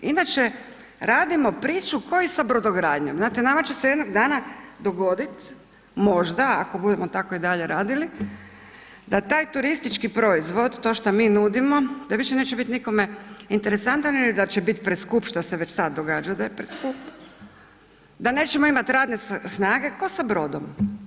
Inače radimo priču kao i sa brodogradnjom, znate nama će se jednog dana dogoditi, možda ako budemo tako i dalje radili da taj turistički proizvod, to što mi nudimo da više neće biti nikome interesantan ili da će biti preskup šta se već sada događa da je preskup, da nećemo imati radne snage kao sa brodom.